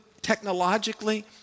technologically